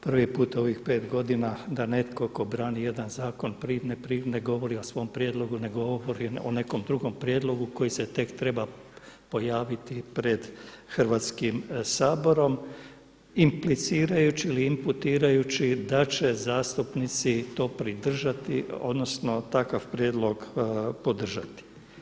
Prvi puta u ovih pet godina da netko tko brani jedan zakon ne govori o svom prijedlogu, nego govori o nekom drugom prijedlogu koji se tek treba pojaviti pred Hrvatskim saborom implicirajući ili imputirajući da će zastupnici to podržati, odnosno takav prijedlog podržati.